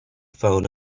phone